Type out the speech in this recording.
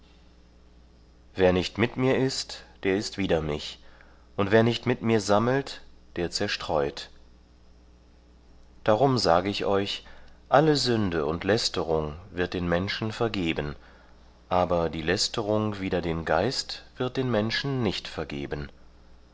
wer nicht mit mir ist der ist wider mich und wer nicht mit mir sammelt der zerstreut darum sage ich euch alle sünde und lästerung wird den menschen vergeben aber die lästerung wider den geist wird den menschen nicht vergeben